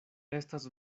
estas